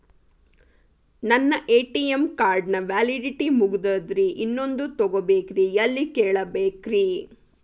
ನನ್ನ ATM card ನ validity ಮುಗದದ್ರಿ ಇನ್ನೊಂದು ತೊಗೊಬೇಕ್ರಿ ಎಲ್ಲಿ ಕೇಳಬೇಕ್ರಿ?